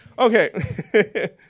Okay